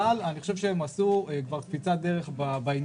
אבל אני חושב שהם עשו כבר פריצת דרך בעניין,